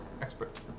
expert